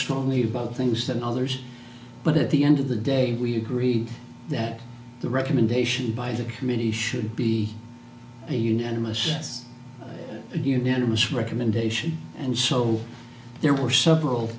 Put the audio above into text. strongly about things that others but at the end of the day we agreed that the recommendation by the committee should be a unanimous unanimous recommendation and so there were several